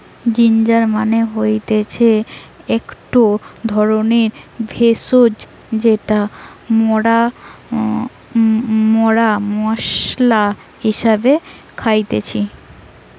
ginger মানে হতিছে একটো ধরণের ভেষজ যেটা মরা মশলা হিসেবে খাইতেছি